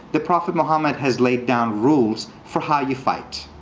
the prophet mohammad has laid down rules for how you fight.